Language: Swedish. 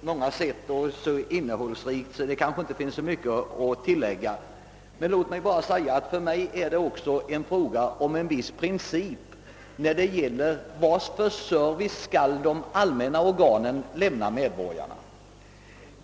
många olika sätt att det kanske inte finns mycket att tillägga. Låt mig bara säga att det för mig också är fråga om en viss princip, d.v.s. vilken service de allmänna organen skall lämna medborgarna.